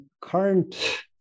current